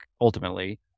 ultimately